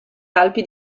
alpi